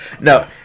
No